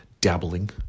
dabbling